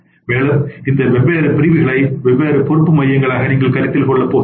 மேலும் இந்த வெவ்வேறு பிரிவுகளை வெவ்வேறு பொறுப்பு மையங்களாக நீங்கள் கருத்தில் கொள்ளப் போகிறீர்கள்